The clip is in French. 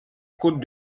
côte